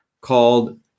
called